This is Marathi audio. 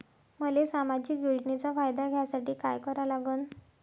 मले सामाजिक योजनेचा फायदा घ्यासाठी काय करा लागन?